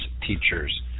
teachers